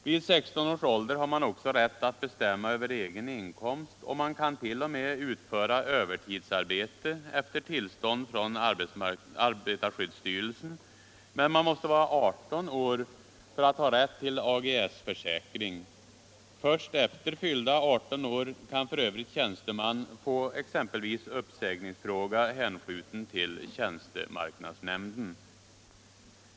Vid 16 års ålder har man också rätt att bestämma över egen inkomst, och man kan dåt.o.m. utföra övertidsarbete efter tillstånd av arbetarskydds styrelsen, men man måste vara 18 år för att ha rätt till AGS-försäkring. F. ö. kan tjänsteman först efter fyllda 18 år få exempelvis uppsägningsfråga hänskjuten till tjänstemarknadsnämnden.